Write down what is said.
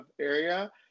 area